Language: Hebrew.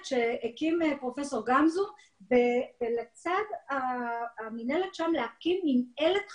שהקים פרופ' גמזו ולצד המִנהלת שם להקים מנהלת חברתית.